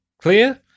clear